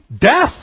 death